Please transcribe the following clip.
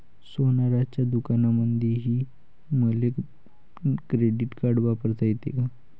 सोनाराच्या दुकानामंधीही मले क्रेडिट कार्ड वापरता येते का?